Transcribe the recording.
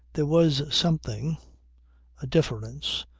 there was something a difference.